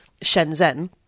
Shenzhen